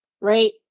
right